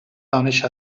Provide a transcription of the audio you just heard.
دانش